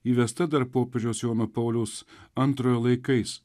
įvesta dar popiežiaus jono pauliaus antrojo laikais